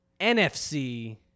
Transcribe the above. NFC